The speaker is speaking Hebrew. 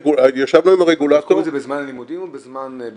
ישבנו עם הרגולטור -- בדקו את זה בזמן הלימודים או בערב?